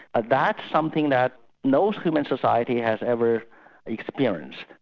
but that's something that no human society has ever experienced.